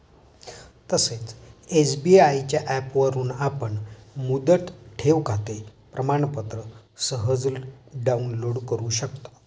तसेच एस.बी.आय च्या ऍपवरून आपण मुदत ठेवखाते प्रमाणपत्र सहज डाउनलोड करु शकता